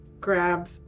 grab